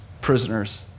prisoners